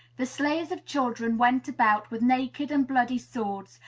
the slayers of children went about with naked and bloody swords,